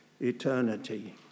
eternity